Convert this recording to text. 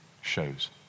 shows